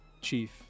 Chief